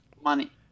Money